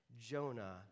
Jonah